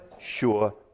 sure